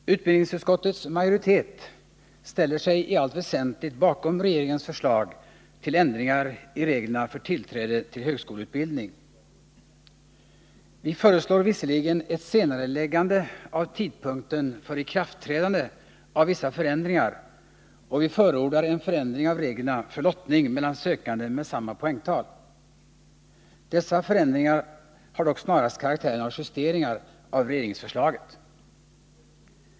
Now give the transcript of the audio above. Herr talman! Utbildningsutskottets majoritet ställer sig i allt väsentligt bakom regeringens förslag till ändringar i reglerna för tillträde till högskoleutbildning. Vi föreslår visserligen ett senareläggande av tidpunkten för ikraftträdandet av vissa förändringar, och vi förordar en förändring av reglerna för lottning mellan sökande med samma poängtal. Dessa förändringar har dock snarast karaktären av justeringar av regeringsförslaget.